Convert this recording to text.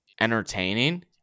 entertaining